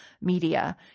media